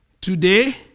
today